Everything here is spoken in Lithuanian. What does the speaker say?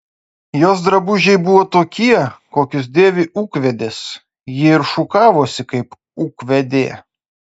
jos drabužiai buvo tokie kokius dėvi ūkvedės ji ir šukavosi kaip ūkvedė